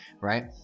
right